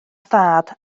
thad